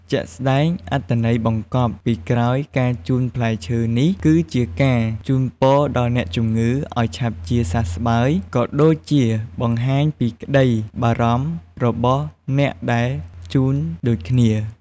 ជាក់ស្ដែងអត្ថន័យបង្កប់ពីក្រោយការជូនផ្លែឈើនេះ គឺជាការជូនពរដល់អ្នកជំងឺឱ្យឆាប់ជាសះស្បើយ ក៏ដូចជាបង្ហាញពីក្ដីបារម្ភរបស់អ្នកដែលជូនដូចគ្នា។